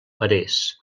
parés